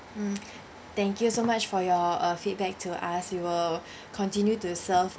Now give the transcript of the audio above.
mm thank you so much for your uh feedback to us we will continue to serve